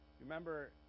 Remember